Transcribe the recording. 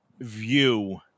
view